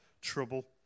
trouble